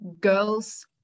girls